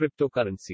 cryptocurrency